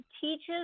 teaches